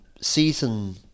season